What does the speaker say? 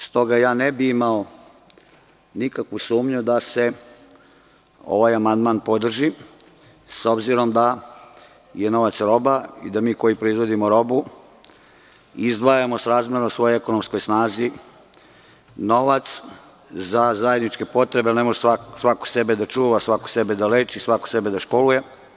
Stoga, ja ne bih imao nikakvu sumnju da se ovaj amandman podrži, s obzirom da je nova „celoba“ i da mi koji proizvodimo robu izdvajamo srazmerno svojoj ekonomskoj snazi novac za zajedničke potrebe, jer ne može svako sebe da čuva, svako sebe da leči, svako sebe da školuje.